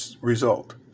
result